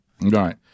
Right